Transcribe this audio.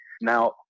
Now